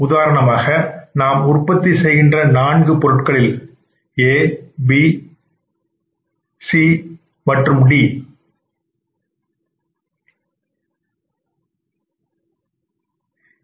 உதாரணமாக நாம் உற்பத்தி செய்கின்ற நான்கு பொருள்களில் A B C D